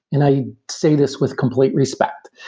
and i say this with complete respect.